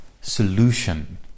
solution